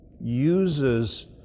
uses